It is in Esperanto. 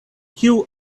kiu